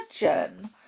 imagine